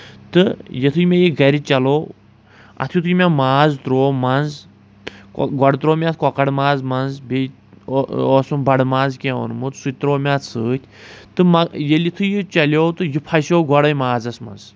تہٕ یِتُھے مےٚ یہِ گرِ چلو اَتھ یِتُھے مےٚ ماز تروو منٛز گۄڈٕ تروو مےٚ اَتھ کۄکر ماز منٛز بیٚیہِ اوسُم بَڑٕ ماز کیٚنٛہہ اوٚنمُت سُہ تہِ تروو مےٚ اَتھ سۭتۍ تہٕ ییٚلہِ یتُھے یہِ چلیٚو تہٕ یہِ پھسیٚو گۄڈے مازَس منٛز